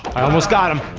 i almost got him.